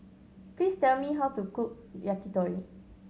please tell me how to cook Yakitori